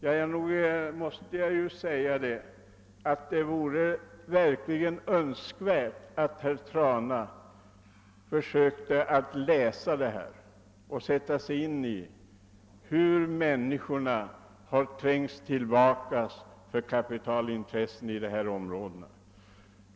Jag måste säga att herr Trana borde verkligen försöka sätta sig in i hur människorna har kommit att trängas tillbaka för kapitalintressena i dessa områden.